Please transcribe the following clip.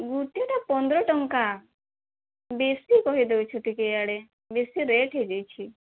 ଗୋଟେଟା ପନ୍ଦର ଟଙ୍କା ବେଶୀ କହିଦେଉଛ ଟିକେ ଇଆଡ଼େ ବେଶୀ ରେଟ୍ ହୋଇ ଯାଇଛି